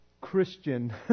Christian